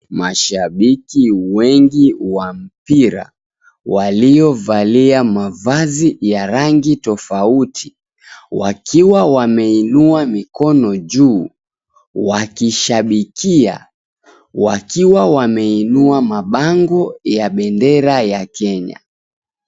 Mashabiki wengi wa mpira waliovalia mavazi ya rangi tofauti wakiwa wameinua mikono juu, wakishabikia wakiwa wameinua mabango ya bendera ya Kenya.